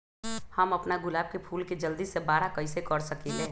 हम अपना गुलाब के फूल के जल्दी से बारा कईसे कर सकिंले?